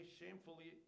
shamefully